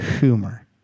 Humor